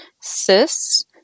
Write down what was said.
cysts